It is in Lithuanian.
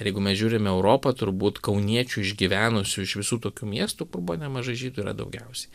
ir jeigu mes žiūrime europą turbūt kauniečių išgyvenusių iš visų tokių miestų kur buvo nemažai žydų yra daugiausiai